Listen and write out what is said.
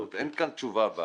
אין כאן תשובה.